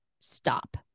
stop